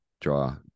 draw